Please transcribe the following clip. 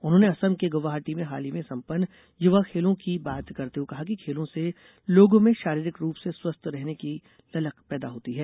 उन्होने असम के गुवाहाटी में हाल ही में संपन्न युवा खेलों की बात करते हुए कहा कि खेलो से लोगों में शारीरिक रूप से स्वस्थ रहने की ललक पैदा होती है